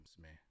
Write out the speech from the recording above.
man